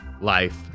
life